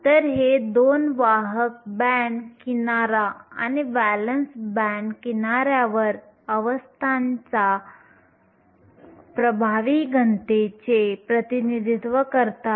तर हे 2 वाहक बँड किनारा आणि व्हॅलेन्स बँड किनाऱ्यावर अवस्थांचा प्रभावी घनतेचे प्रतिनिधित्व करतात